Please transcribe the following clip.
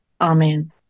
Amen